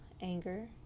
anger